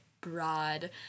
broad